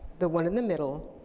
the one in the middle,